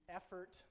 effort